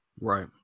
Right